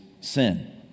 sin